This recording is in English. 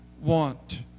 want